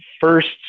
first